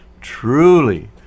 truly